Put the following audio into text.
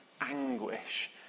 anguish